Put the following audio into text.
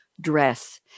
dress